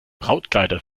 brautkleider